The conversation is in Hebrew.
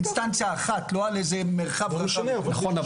נכון,